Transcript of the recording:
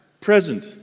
present